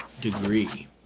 degree